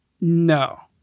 No